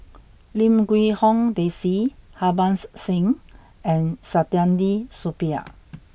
Lim Quee Hong Daisy Harbans Singh and Saktiandi Supaat